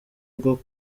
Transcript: bwo